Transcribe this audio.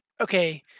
okay